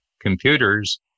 computers